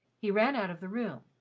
he ran out of the room,